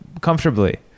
comfortably